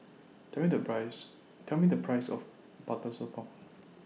Tell Me The Price Tell Me The Price of Butter Sotong